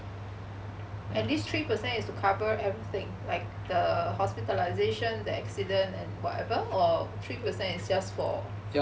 and this three per cent to cover everything like the hospitalisation the accident and whatever or three percent is just for